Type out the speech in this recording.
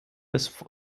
des